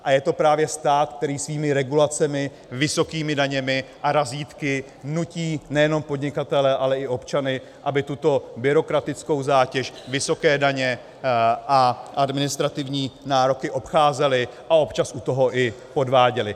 A je to právě stát, který svými regulacemi, vysokými daněmi a razítky nutí nejenom podnikatele, ale i občany, aby tuto byrokratickou zátěž, vysoké daně a administrativní nároky obcházeli a občas u toho i podváděli.